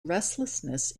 restlessness